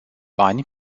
bani